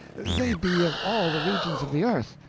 they be of all the regions of the earth!